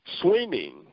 swimming